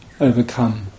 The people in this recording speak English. overcome